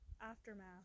aftermath